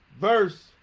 verse